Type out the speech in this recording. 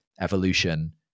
evolution